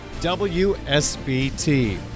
WSBT